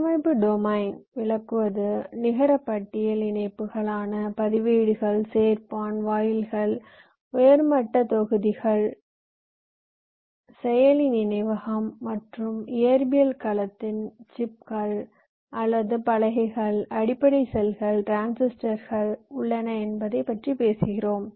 கட்டமைப்பு டொமைன் விளக்குவது நிகர பட்டியல் இணைப்புகள் ஆன பதிவேடுகள் சேர்ப்பான் வாயில்கள் உயர் மட்ட தொகுதிகள் செயலி நினைவகம் மற்றும் இயற்பியல் களத்தில் சிப்கள் அல்லது பலகைகள் அடிப்படை செல்கள் டிரான்சிஸ்டர்கள் உள்ளன என்பதை பற்றி பேசுகிறோம்